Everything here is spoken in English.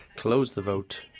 close the vote.